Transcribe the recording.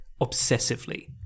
obsessively